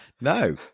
No